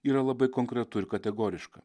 yra labai konkretu ir kategoriška